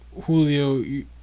Julio